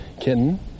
kitten